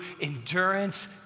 endurance